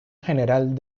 general